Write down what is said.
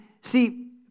see